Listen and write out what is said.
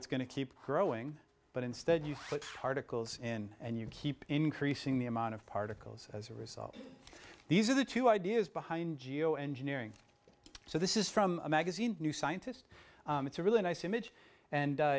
it's going to keep growing but instead you put in and you keep increasing the amount of particles as a result these are the two ideas behind geo engineering so this is from a magazine new scientist it's a really nice image and